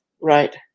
Right